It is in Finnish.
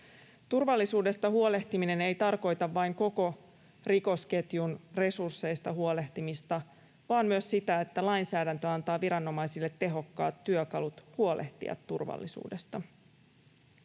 Turvallisuudesta huolehtiminen ei tarkoita vain koko rikosketjun resursseista huolehtimista vaan myös sitä, että lainsäädäntö antaa viranomaisille tehokkaat työkalut huolehtia turvallisuudesta.